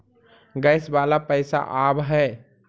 Gas वाला पैसा आव है?